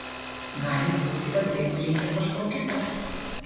gali būti kad vaikui reikia kažko kito